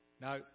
Now